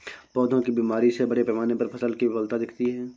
पौधों की बीमारी से बड़े पैमाने पर फसल की विफलता दिखती है